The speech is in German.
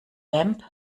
vamp